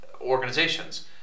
organizations